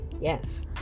yes